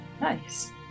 Nice